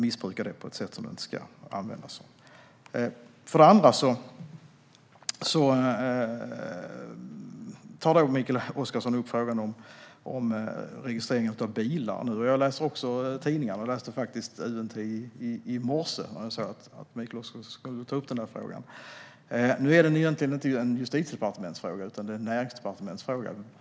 Mikael Oscarsson tar nu upp frågan om registrering av bilar. Jag läser också tidningarna. Jag läste faktiskt UNT i morse och förstod att Mikael Oscarsson skulle ta upp den här frågan. Nu är det här egentligen inte en justitiedepartementsfråga utan en näringsdepartementsfråga.